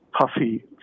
puffy